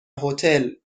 هتل